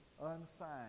unsigned